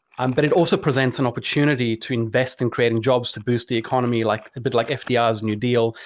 um but it also presents an opportunity to invest in creating jobs to boost the economy like a bit like fdr new deal,